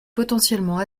potentiellement